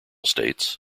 states